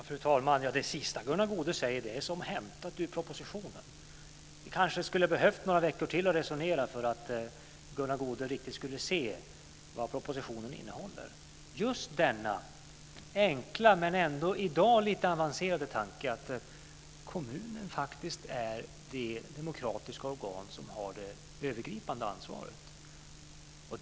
Fru talman! Det sista som Gunnar Goude sade var som hämtat ur propositionen. Vi skulle kanske ha behövt några veckor till av resonemang för att Gunnar Goude riktigt skulle se att propositionen innehåller just denna enkla men ändå i dag lite avancerade tanke att kommunen faktiskt är det demokratiska organ som har det övergripande ansvaret.